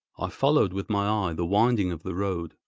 i followed with my eye the winding of the road,